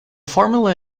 formula